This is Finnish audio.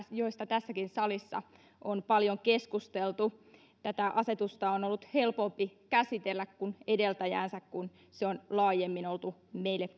joista tässäkin salissa on paljon keskusteltu tätä asetusta on ollut helpompi käsitellä kuin edeltäjäänsä kun se on laajemmin ollut perusteltu myös meille